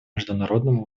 международному